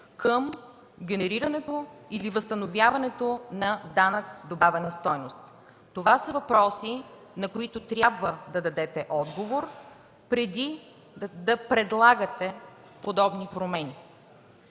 към генерирането или възстановяването на ДДС. Това са въпроси, на които трябва да дадете отговор преди да предлагате подобни промени.